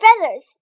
feathers